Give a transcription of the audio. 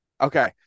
Okay